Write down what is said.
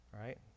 Right